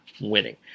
winning